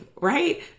right